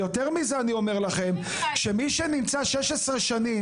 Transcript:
יותר מזה אני אומר לכם, מי שנמצא 16 שנים